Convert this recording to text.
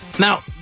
Now